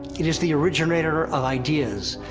it is the originator of ideas,